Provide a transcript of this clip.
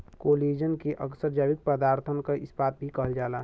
collagen के अक्सर जैविक पदारथन क इस्पात भी कहल जाला